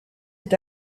est